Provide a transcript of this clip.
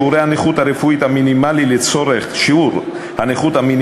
שיעור הנכות הרפואית המינימלי לצורך זכאות